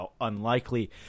unlikely